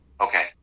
okay